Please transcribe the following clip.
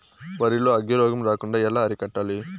వరి లో అగ్గి రోగం రాకుండా ఎలా అరికట్టాలి?